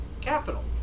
Capital